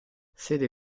sede